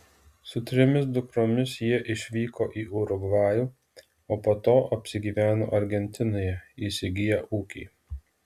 su trimis dukromis jie išvyko į urugvajų o po to apsigyveno argentinoje įsigiję ūkį